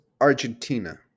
Argentina